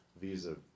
visa